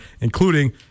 including